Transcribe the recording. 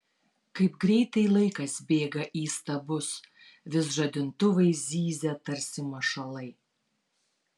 kaip greitai laikas bėga įstabus vis žadintuvai zyzia tarsi mašalai